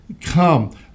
come